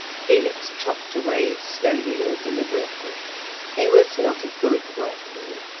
felix chopped away slowly and deliberately he was not a good workman.